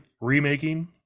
remaking